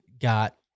got